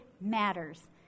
matters